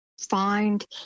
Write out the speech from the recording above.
find